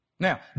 Now